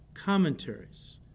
Commentaries